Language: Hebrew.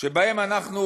שבהם אנחנו